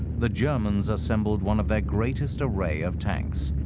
the germans assembled one of their greatest array of tanks.